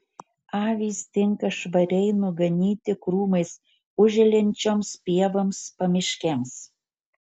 avys tinka švariai nuganyti krūmais užželiančioms pievoms pamiškėms